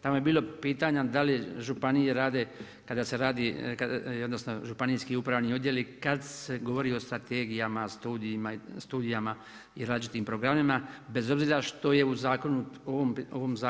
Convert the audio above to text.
Tamo je bilo pitanja da li županije rade, kada se radi jednostavno županijski upravni odjeli, kad se govori o strategijama, studijama, i različitim programima, bez obzira što je u zakonu, u